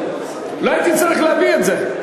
לא הייתי צריך להביא את זה.